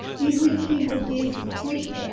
if we keep with this quick.